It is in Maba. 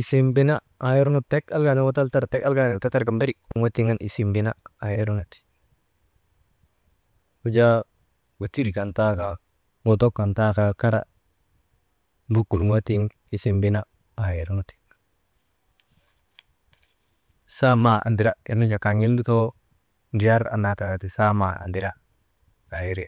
isimbina aa irnu tek alkaanak tatar ka tek alkaanak tatarka mberik urŋoo nu an isimbina aa irnu ti wujaa wetir kan taa kaa mootok kan taa kaa kara mbuk urŋoo tiŋ isimbina aa irnu ti, saamaa andira aa ir nu jaa kaŋ gin lutok ndriyar annaa taka ti saamaa andira aa iri.